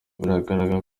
biragaragara